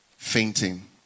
fainting